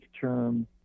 term